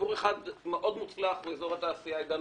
סיפור אחד מאוד מוצלח הוא אזור התעשייה עידן